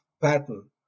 pattern